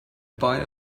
buy